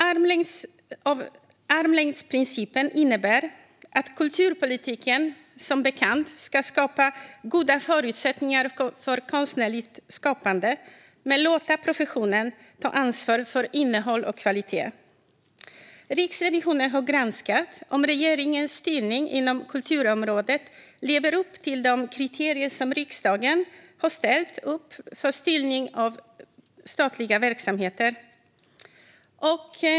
Armlängdsprincipen innebär, som bekant, att kulturpolitiken ska skapa goda förutsättningar för konstnärligt skapande men låta professionen ta ansvar för innehåll och kvalitet. Riksrevisionen har granskat om regeringens styrning inom kulturområdet lever upp till de kriterier som riksdagen har ställt upp för styrning av statliga verksamheter.